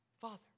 Father